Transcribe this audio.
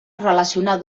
relacionar